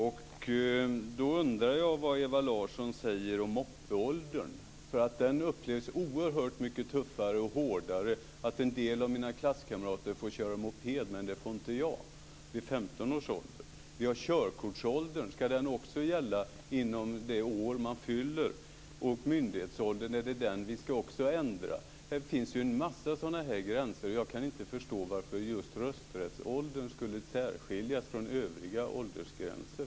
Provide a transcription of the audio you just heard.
Jag undrar vad Ewa Larsson säger om moppeåldern. Det upplevs som oerhört mycket tuffare och hårdare att en del av mina klasskamrater får köra moped men inte jag - vid 15 års ålder. Vi har körtkortsåldern. Ska den också gälla inom det år man fyller 18? Ska myndighetsåldern också ändras? Det finns massor av sådana gränser. Jag kan inte förstå varför just rösträttsåldern skulle särskiljas från övriga åldersgränser.